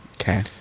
Okay